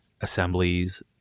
assemblies